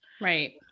Right